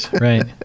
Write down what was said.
right